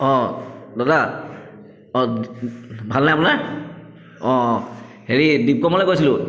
অঁ দাদা অঁ ভালনে আপোনাৰ অঁ অঁ হেৰি কৈছিলো